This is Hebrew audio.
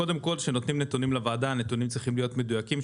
קודם כל שנותנים נתונים לוועדה הנתונים צריכים להיות מדויקים,